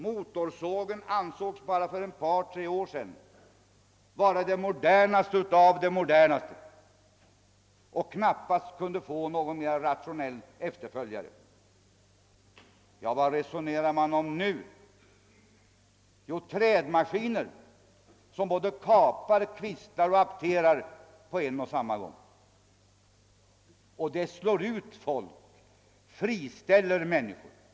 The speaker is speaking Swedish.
För endast ett par tre år sedan ansågs motorsågen vara det modernaste av allt modernt och ett redskap som knappast kunde få någon ännu mera rationell efterföljare. Men vad resonerar man om i dag? Jo, om maskiner som kapar, kvistar och apterar träden på samma gång. De maskinerna kommer att slå ut och friställa många mänmiskor i skogen.